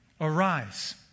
arise